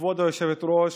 יושב-ראש